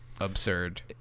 absurd